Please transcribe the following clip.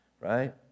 right